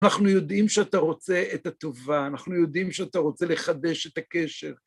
אנחנו יודעים שאתה רוצה את הטובה, אנחנו יודעים שאתה רוצה לחדש את הקשר.